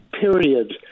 period